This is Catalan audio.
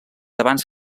abans